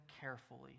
carefully